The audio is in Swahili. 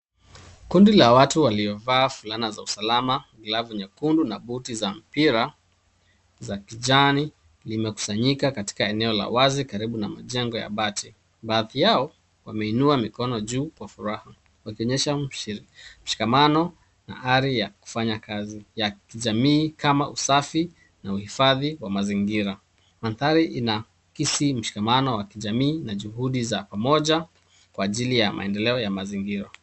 Kundi la watu waliovaa fulana za usalama, glavu nyekundu na buti za mpira za kijani, limekusanyika katika eneo la wazi karibu na majengo ya bati. Baadhi yao, wameinua mikono juu kwa furaha wakionyesha mshikamano na hali ya kufanya kazi ya kijamii kama usafi na uhifadhi wa mazingira. Mandhari inaakisi mshikamano wa jamii na juhudi za pamoja kwa ajili ya maendeleo ya mazingira.